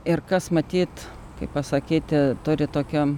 ir kas matyt kaip pasakyti turi tokio